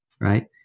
right